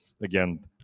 again